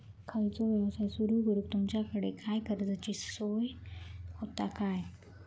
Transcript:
खयचो यवसाय सुरू करूक तुमच्याकडे काय कर्जाची सोय होता काय?